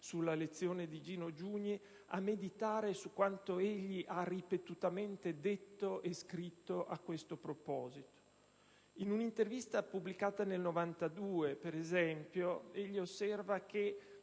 sulla lezione di Gino Giugni, a meditare su quanto egli ha ripetutamente detto e scritto a questo proposito. In un'intervista pubblicata nel 1992, per esempio, egli osserva che: